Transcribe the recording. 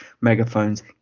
megaphones